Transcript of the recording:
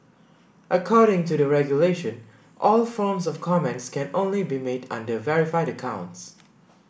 according to the regulation all forms of comments can only be made under verified accounts